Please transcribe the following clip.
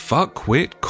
Fuckwit